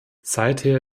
seither